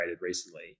recently